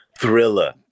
Thriller